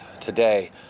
today